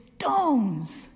stones